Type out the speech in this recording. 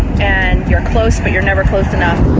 and you're close but you're never close enough.